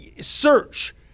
search